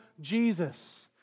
Jesus